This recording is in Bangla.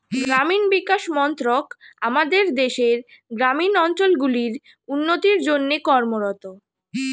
গ্রামীণ বিকাশ মন্ত্রক আমাদের দেশের গ্রামীণ অঞ্চলগুলির উন্নতির জন্যে কর্মরত